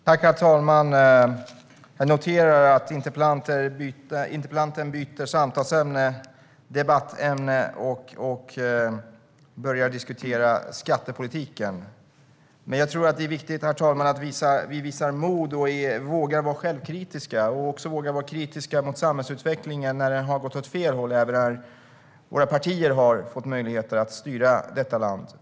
Herr talman! Jag noterar att interpellanten byter debattämne och börjar diskutera skattepolitiken. Jag tror att det är viktigt att vi visar mod, att vi vågar vara självkritiska och kritiska mot att samhällsutvecklingen har gått åt fel håll även när våra partier har fått möjligheten att styra detta land.